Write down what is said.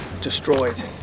destroyed